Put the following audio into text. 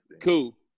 Cool